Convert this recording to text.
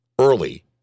early